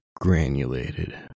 granulated